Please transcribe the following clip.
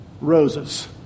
roses